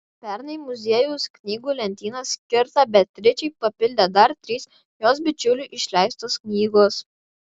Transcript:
pernai muziejaus knygų lentyną skirtą beatričei papildė dar trys jos bičiulių išleistos knygos